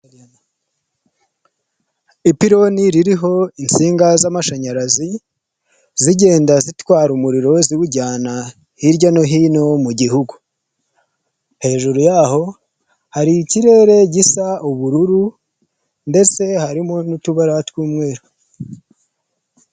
Ipironi ririho insinga z'amashanyarazi zigenda zitwara umuriro ziwujyana hirya no hino mu gihugu, hejuru y'aho hari ikirere gisa ubururu ndetse harimo n'utubara tw'umweru.